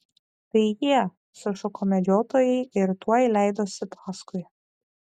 tai jie sušuko medžiotojai ir tuoj leidosi paskui